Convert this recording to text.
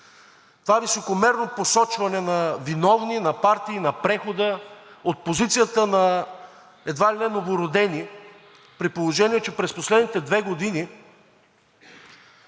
това високомерно посочване на виновни, на партии на прехода от позицията на едва ли не новородени, при положение че през последните две години